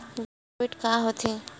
Debit का होथे?